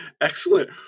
Excellent